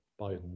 Biden